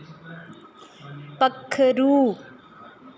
पक्खरू